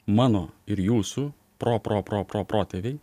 mano ir jūsų pro pro pro pro protėviai